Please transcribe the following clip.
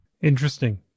Interesting